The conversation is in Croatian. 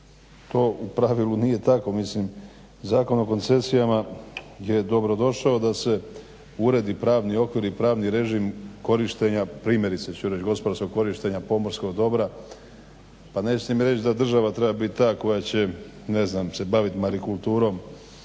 to u pravilu nije tako, mislim Zakon o koncesijama je dobrodošao da se uredi pravni okvir i pravni režim korištenja primjerice ću reći gospodarskog korištenja pomorskog dobra, pa nećete mi reći da država treba biti ta koja će ne znam se baviti marikulturom